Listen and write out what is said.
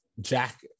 Jack